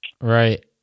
Right